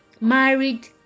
married